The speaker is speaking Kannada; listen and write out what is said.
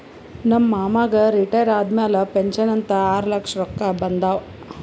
ನಮ್ ಮಾಮಾಗ್ ರಿಟೈರ್ ಆದಮ್ಯಾಲ ಪೆನ್ಷನ್ ಅಂತ್ ಆರ್ಲಕ್ಷ ರೊಕ್ಕಾ ಬಂದಾವ್